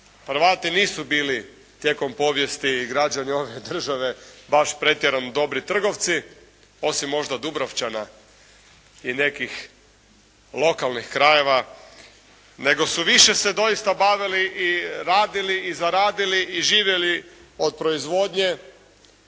Hrvati nisu bili tijekom povijesti i građenja ove države baš pretjerano dobri trgovci, osim možda Dubrovčana i nekih lokalnih krajeva, nego su više se doista bavili i radili i zaradili i živjeli od proizvodnje,